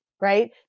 Right